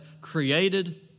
created